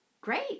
Great